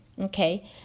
okay